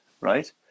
right